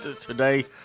today